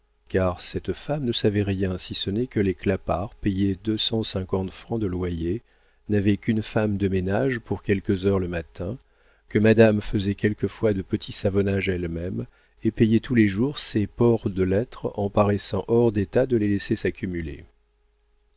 car cette femme ne savait rien si ce n'est que les clapart payaient deux cent cinquante francs de loyer n'avaient qu'une femme de ménage pour quelques heures le matin que madame faisait quelquefois de petits savonnages elle-même et payait tous les jours ses ports de lettres en paraissant hors d'état de les laisser s'accumuler